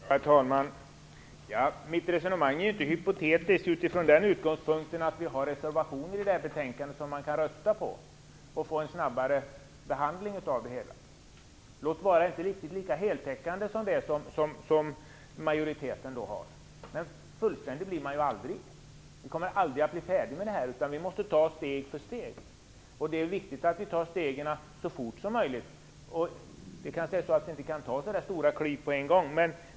Herr talman! Mitt resonemang är inte hypotetiskt, eftersom vi har reservationer i det här betänkandet som man kan rösta på och därigenom få till stånd en snabbare behandling av det hela - låt vara att den inte är lika heltäckande som det som majoriteten föreslår. Men fullständig blir man ju aldrig. Vi kommer aldrig att bli färdiga med det här, utan vi måste gå steg för steg, och det är viktigt att vi tar stegen så fort som möjligt. Det kanske är så att vi inte kan ta så stora kliv på en gång.